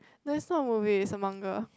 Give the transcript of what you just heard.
that's not a movie it's a manga